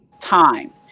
time